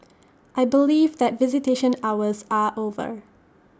I believe that visitation hours are over